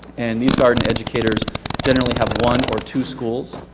and these garden educators generally have one or two schools.